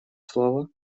слово